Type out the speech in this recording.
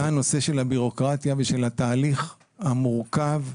הביורוקרטיה והתהליך המורכב והמסובך,